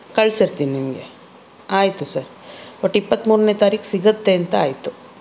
ಕಳ್ಸಿರ್ತೀನಿ ನಿಮಗೆ ಆಯಿತು ಸರ್ ಒಟ್ಟು ಇಪ್ಪತ್ತ್ಮೂರನೇ ತಾರೀಕು ಸಿಗತ್ತೆ ಅಂತ ಆಯಿತು